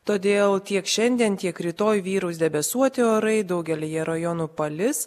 todėl tiek šiandien tiek rytoj vyraus debesuoti orai daugelyje rajonų palis